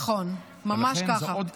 נכון, ממש ככה.